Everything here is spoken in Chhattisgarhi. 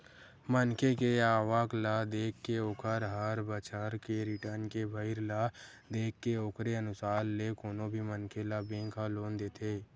मनखे के आवक ल देखके ओखर हर बछर के रिर्टन के भरई ल देखके ओखरे अनुसार ले कोनो भी मनखे ल बेंक ह लोन देथे